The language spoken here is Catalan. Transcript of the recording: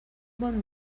bon